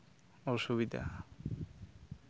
ᱚᱥᱩᱵᱤᱫᱷᱟ